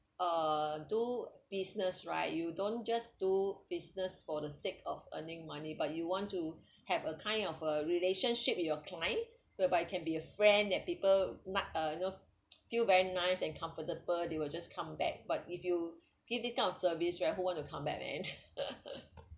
uh do business right you don't just do business for the sake of earning money but you want to have a kind of a relationship with your client whereby you can be a friend that people like uh you know still very nice and comfortable they will just come back but if you give this kind of service right who want to come back man